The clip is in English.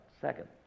Second